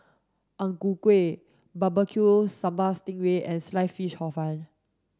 Ang Ku Kueh barbecue sambal sting ray and sliced fish hor fun